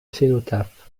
cénotaphe